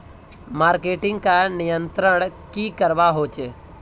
Marketing का नियंत्रण की करवा होचे?